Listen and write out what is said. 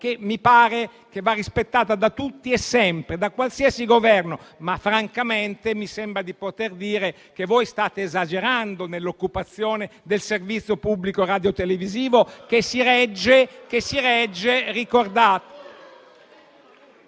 che mi pare vada rispettata da tutti e sempre, da qualsiasi Governo. Francamente però mi sembra di poter dire che voi state esagerando nell'occupazione del servizio pubblico radiotelevisivo, che si regge...